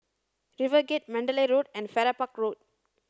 RiverGate Mandalay Road and Farrer Park Road